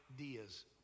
ideas